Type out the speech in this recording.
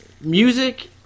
music